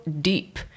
deep